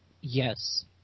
Yes